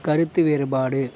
கருத்து வேறுபாடு